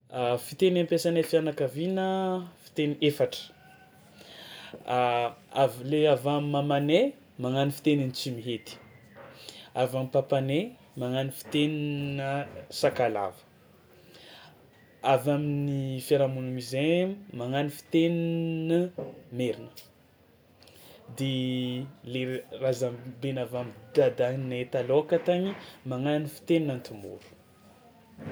Fiteny ampiasainay fianakaviana fiteny efatra, avy le avy am'mamanay magnano fitenin'ny tsimihety avy am'papanay magnano fiteninà sakalava, avy amin'ny firahamonina misy zahay magnano fiteninà merina de le razambe ny avy am'dadanay talohaka tagny magnano fitenin'antemoro.